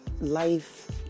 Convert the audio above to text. life